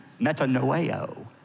metanoeo